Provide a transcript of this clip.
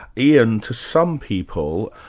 ian, to some people,